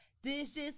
dishes